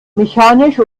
mechanisch